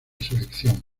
selección